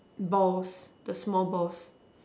balls the small balls